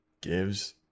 gives